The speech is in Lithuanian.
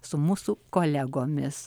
su mūsų kolegomis